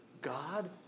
God